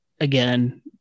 Again